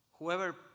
Whoever